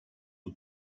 aux